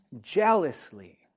jealously